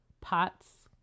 pots